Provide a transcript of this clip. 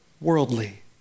Worldly